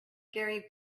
gary